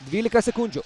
dvylika sekundžių